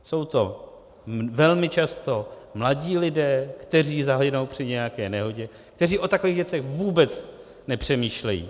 Jsou to velmi často mladí lidé, kteří zahynou při nějaké nehodě, kteří o takových věcech vůbec nepřemýšlejí.